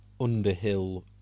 Underhill